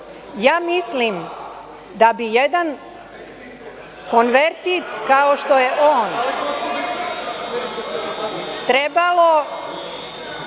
mislim da bi jedan konvertit kao što je on trebalo